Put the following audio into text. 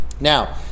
Now